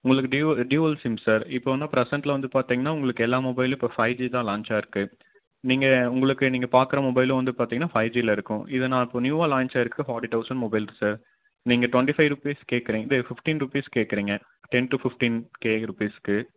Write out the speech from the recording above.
உங்களுக்கு டூ dual SIM sir இப்போ வந்து ப்ரசண்ட்டில் வந்து பார்த்தீங்கன்னா உங்களுக்கு எல்லா மொபைல்லையும் இப்போ ஃபைவ் ஜி தான் லான்ச் ஆயிருக்கு நீங்கள் உங்களுக்கு நீங்கள் பார்க்கற மொபைலும் வந்து பார்த்தீங்கன்னா ஃபைவ் ஜில இருக்கும் இதுன்னா இப்ப நியூவா லான்ச் ஆகிருக்கற ஃபார்ட்டி தௌசண்ட் மொபைல் சார் நீங்கள் டொண்ட்டி ஃபைவ் ருப்பீஸ் கேட்கறீங்க இது ஃபிஃப்ட்டீன் ருப்பீஸ் கேட்கறீங்க டென் டு ஃபிஃப்ட்டீன் கே ருப்பீஸ்க்கு